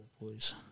boys